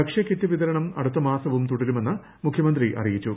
ഭക്ഷ്യകിറ്റ് വിതരണം അടുത്തമാസവും തുടരുമെന്ന് മുഖ്യമന്ത്രി അറിയിച്ചു